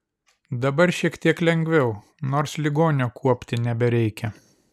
dabar šiek tiek lengviau nors ligonio kuopti nebereikia